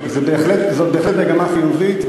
זו בהחלט מגמה חיובית,